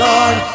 Lord